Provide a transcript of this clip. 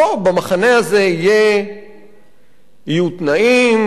במחנה הזה יהיו תנאים,